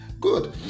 good